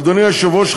אדוני היושב-ראש,